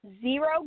Zero